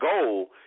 goal